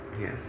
Yes